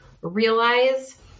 realize